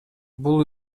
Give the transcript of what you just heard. бул